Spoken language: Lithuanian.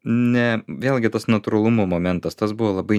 ne vėlgi tas natūralumo momentas tas buvo labai